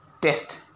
test